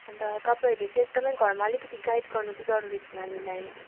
अन्त तपाईँहरूले चाहिँ घरमा एकदमै अलिकति गाइड गर्नु चाहिँ जरूरी छ नानीलाई